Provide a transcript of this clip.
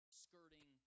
skirting